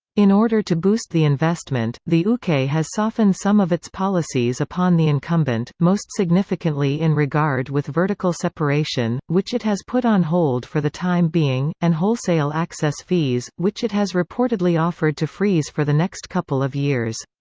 in order to boost the investment, the uke has softened some of its policies upon the incumbent, most significantly in regard with vertical separation, which it has put on hold for the time being, and wholesale access fees, which it has reportedly offered to freeze for the next couple of years.